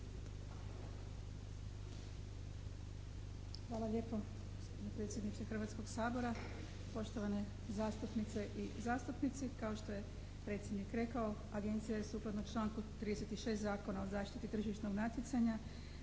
Hvala lijepo gospodine predsjedniče Hrvatskoga sabora. Poštovane zastupnice i zastupnici. Kao što je predsjednik rekao, Agencija je sukladno članku 36. Zakona o zaštiti tržišnog natjecanja